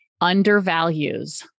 undervalues